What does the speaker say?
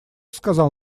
сказал